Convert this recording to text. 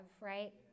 right